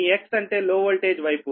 మీ X అంటే లో voltage వైపు